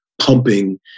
pumping